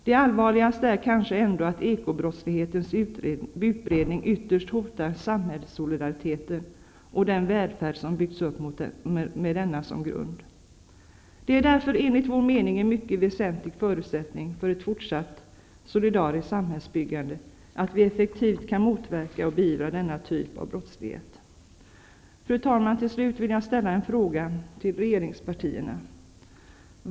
Det allvarligaste är kanske ändå att ekobrottslighetens utbredning ytterst hotar samhällssolidariteten och den välfärd som byggts upp med denna som grund. Det är därför enligt vår mening en mycket väsentlig förutsättning för ett fortsatt solidariskt samhällsbyggande att vi effektivt kan motverka och beivra denna typ av brottslighet. Fru talman! Jag vill ställa två frågor till regeringspartierna.